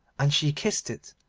and she kissed it,